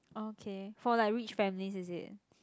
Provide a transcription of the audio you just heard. okay for like rich families is it